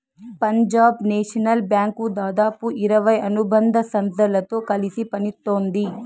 Punjab national bank దాదాపు ఇరవై అనుబంధ సంస్థలతో కలిసి పనిత్తోంది